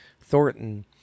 Thornton